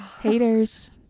Haters